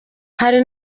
hari